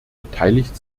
beteiligt